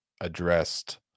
addressed